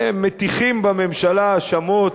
מטיחים בממשלה האשמות,